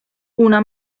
una